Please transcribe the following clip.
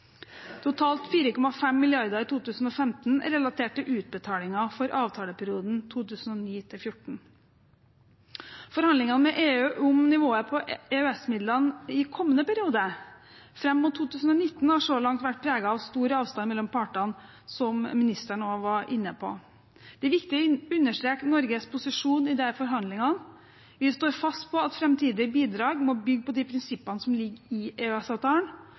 Totalt 4,5 mrd. kr i 2015 er relatert til utbetalinger for avtaleperioden 2009–2014. Forhandlingene med EU om nivået på EØS-midlene i kommende periode, fram mot 2019, har så langt vært preget av stor avstand mellom partene, som ministeren også var inne på. Det er viktig å understreke Norges posisjon i disse forhandlingene. Vi står fast på at framtidige bidrag må bygge på de prinsippene som ligger i